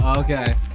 Okay